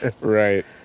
right